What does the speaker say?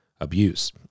abuse